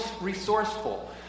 resourceful